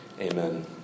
amen